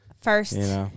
First